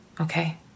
Okay